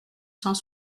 cent